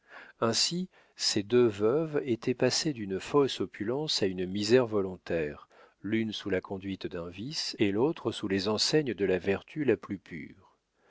ainsi ces deux veuves étaient passées d'une fausse opulence à une misère volontaire l'une sous la conduite d'un vice et l'autre sous les enseignes de la vertu la plus pure